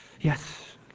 Yes